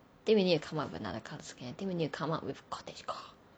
think we need to come up with another kind of I think when we need to come up with cottagecore